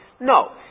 No